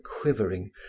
quivering